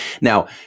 Now